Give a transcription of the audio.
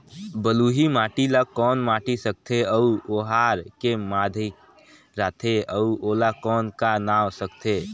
बलुही माटी ला कौन माटी सकथे अउ ओहार के माधेक राथे अउ ओला कौन का नाव सकथे?